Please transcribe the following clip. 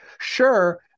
Sure